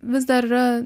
vis dar yra